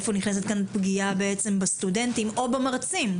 איפה נכנסת כאן פגיעה בסטודנטים או במרצים,